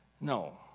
No